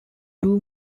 two